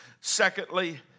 Secondly